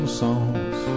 songs